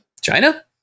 China